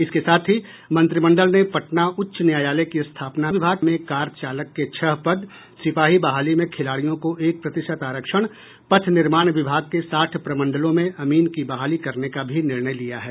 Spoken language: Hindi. इसके साथ ही मंत्रिमंडल ने पटना उच्च न्यायालय के स्थापना विभाग में कार चालक के छह पद सिपाही बहाली में खिलाड़ियों को एक प्रतिशत आरक्षण पथ निर्माण विभाग के साठ प्रमंडलों में अमीन की बहाली करने का भी निर्णय लिया है